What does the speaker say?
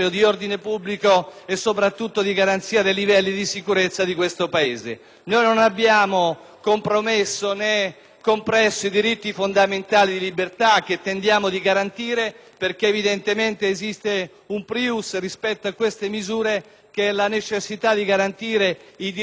compresso i diritti fondamentali di libertà, che invece tentiamo di garantire, perché evidentemente esiste un *prius* rispetto a queste misure, che è la necessità di garantire i diritti fondamentali dei cittadini di questo Paese. Poco fa il senatore Mazzatorta, parlando della misura relativa